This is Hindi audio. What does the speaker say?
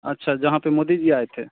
अच्छा जहाँ पर मोदी जी आए थे